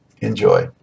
Enjoy